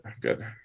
good